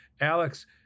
Alex